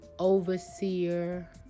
Overseer